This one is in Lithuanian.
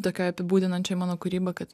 tokioj apibūdinančioj mano kūrybą kad